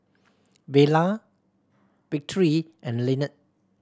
Vela Victory and Lynnette